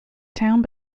town